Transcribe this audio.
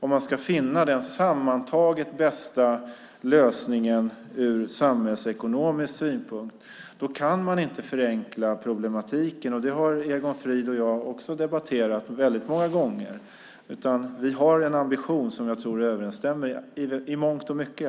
Om man ska finna den sammantaget bästa lösningen ur samhällsekonomisk synpunkt kan man dock inte förenkla problematiken, och det har Egon Frid och jag också debatterat många gånger. Vi har en ambition som jag tror överensstämmer, i alla fall i mångt och mycket.